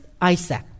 Isaac